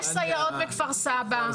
יש סייעות בכפר סבא.